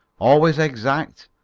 always exact,